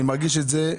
אני מרגיש את זה,